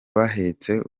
bahetse